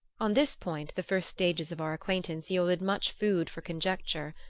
on this point the first stages of our acquaintance yielded much food for conjecture.